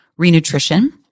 Renutrition